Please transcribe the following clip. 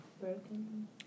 Broken